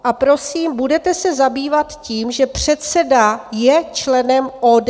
A prosím, budete se zabývat tím, že předseda je členem ODS?